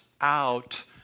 out